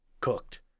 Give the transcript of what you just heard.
cooked